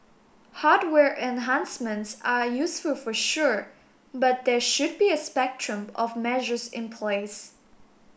hardware enhancements are useful for sure but there should be a spectrum of measures in place